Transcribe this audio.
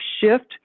shift